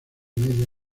media